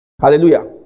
Hallelujah